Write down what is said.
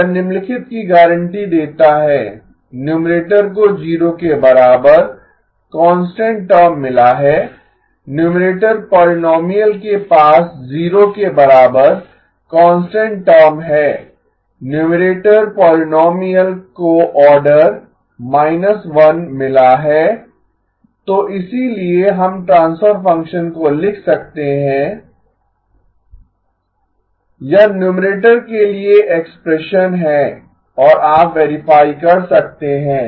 यह निम्नलिखित की गारंटी देता है न्यूमरेटर को 0 के बराबर कांस्टेंट टर्म मिला है न्यूमरेटर पोलीनोमीअल के पास 0 के बराबर कांस्टेंट टर्म है न्यूमरेटर पोलीनोमीअल को ऑर्डर 1 मिला है तो इसीलिए हम ट्रांसफर फंक्शन को लिख सकते हैं यह न्यूमरेटर के लिए एक्सप्रेशन है और आप वेरीफाई कर सकते हैं